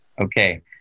Okay